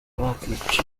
bakica